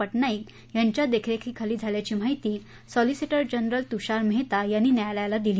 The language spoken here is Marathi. पटनाईक यांच्या देखरेखीखाली झाल्याची माहिती सॉलिसिटर जनरल तुषार मेहता यांनी न्यायालयाला दिली